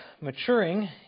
maturing